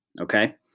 Okay